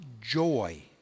joy